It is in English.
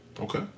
okay